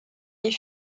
les